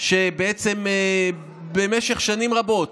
שבעצם במשך שנים רבות